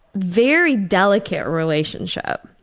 very delicate relationship.